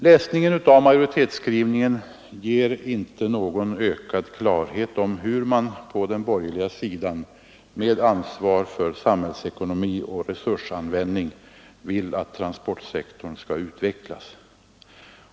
Läsningen av majoritetsskrivningen ger inte någon ökad klarhet om hur man på den borgerliga sidan med ansvar för samhällsekonomin och resursanvändning vill att transportsektorn skall utvecklas.